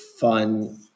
fun